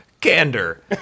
candor